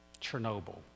Chernobyl